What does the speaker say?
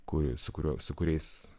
kuris su kuriuo su kuriais